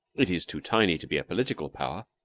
it is too tiny to be a political power.